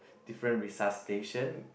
different resuscitation